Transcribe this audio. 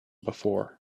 before